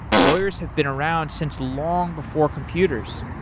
lawyers have been around since long before computers,